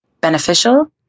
Beneficial